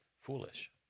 foolish